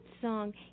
song